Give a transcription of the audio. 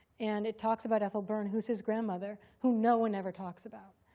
and it talks about ethel byrne, who's his grandmother, who no one ever talks about.